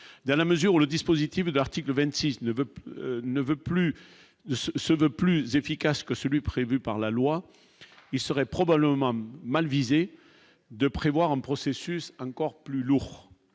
dans la mesure où le dispositif de l'article 26 ne veut ne veut plus de se se veut plus efficace que celui prévu par la loi, il serait probablement mal visé de prévoir un processus encore plus lourd,